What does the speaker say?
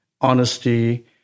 honesty